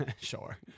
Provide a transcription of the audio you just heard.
Sure